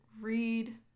Read